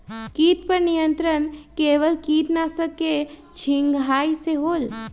किट पर नियंत्रण केवल किटनाशक के छिंगहाई से होल?